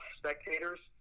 spectators